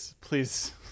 Please